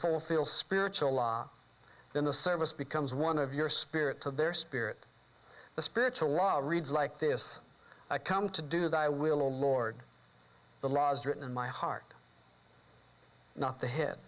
fulfill spiritual law then the service becomes one of your spirit to their spirit the spiritual laws reads like this i come to do that i will lord the laws written in my heart not the h